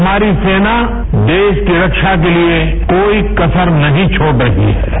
हमारी सेना देश की रक्षा के लिए कोई कत्तर नहीं छोड़ रही है